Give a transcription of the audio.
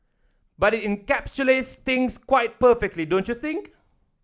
but it encapsulates things quite perfectly don't you think